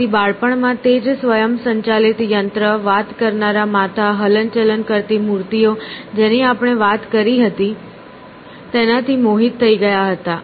તેથી બાળપણમાં તે જ સ્વયંસંચાલિત યંત્ર વાત કરનારા માથા હલન ચલન કરતી મૂર્તિઓ જેની આપણે વાત કરી હતી તેનાથી મોહિત થઈ ગયા હતા